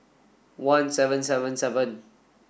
one seven seven seven